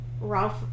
Ralph